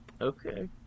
Okay